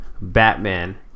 Batman